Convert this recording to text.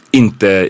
inte